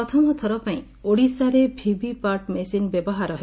ପ୍ରଥମଥର ପାଇଁ ଓଡ଼ିଶାରେ ଭିଭିପାଟ୍ ମେସିନ୍ ବ୍ୟବହାର ହେବ